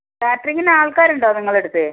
കാറ്ററിങ്ങിന് ആൾക്കാരുണ്ടോ നിങ്ങളുടെ അടുത്ത്